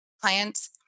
clients